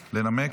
לנמק?